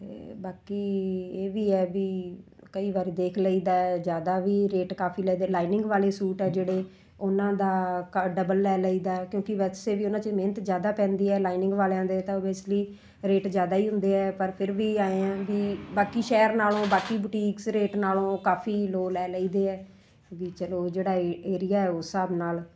ਅਤੇ ਬਾਕੀ ਇਹ ਵੀ ਹੈ ਵੀ ਕਈ ਵਾਰ ਦੇਖ ਲਈ ਦਾ ਜ਼ਿਆਦਾ ਵੀ ਰੇਟ ਕਾਫ਼ੀ ਲੈਂਦੇ ਲਾਈਨਿੰਗ ਵਾਲੇ ਸੂਟ ਹੈ ਜਿਹੜੇ ਉਹਨਾਂ ਦਾ ਕਾ ਡਬਲ ਲੈ ਲਈ ਦਾ ਕਿਉਂਕਿ ਵੈਸੇ ਵੀ ਉਹਨਾਂ 'ਚ ਮਿਹਨਤ ਜ਼ਿਆਦਾ ਪੈਂਦੀ ਹੈ ਲਾਈਨਿੰਗ ਵਾਲਿਆਂ ਦੇ ਤਾਂ ਓਬੇਸਲੀ ਰੇਟ ਜ਼ਿਆਦਾ ਹੀ ਹੁੰਦੇ ਹੈ ਪਰ ਫਿਰ ਵੀ ਐਂ ਆ ਵੀ ਬਾਕੀ ਸ਼ਹਿਰ ਨਾਲੋਂ ਬਾਕੀ ਬੁਟੀਕਸ ਰੇਟ ਨਾਲੋਂ ਕਾਫ਼ੀ ਲੋ ਲੈ ਲਈ ਦੇ ਹੈ ਵੀ ਚਲੋ ਜਿਹੜਾ ਇਹ ਏਰੀਆ ਉਸ ਹਿਸਾਬ ਨਾਲ